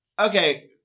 okay